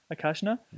Akashna